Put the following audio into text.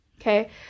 Okay